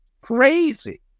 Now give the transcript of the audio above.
crazy